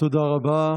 תודה רבה.